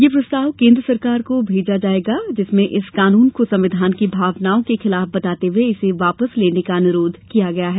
यह प्रस्ताव केन्द्र सरकार को भेजा जाएगा जिसमें इस कानून को संविधान की भावनाओं के खिलाफ बताते हुए इसे वापस लेने का अनुरोध किया गया है